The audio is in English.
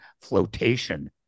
flotation